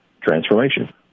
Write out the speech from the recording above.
transformation